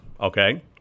okay